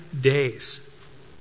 days